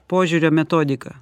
požiūrio metodiką